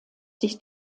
sich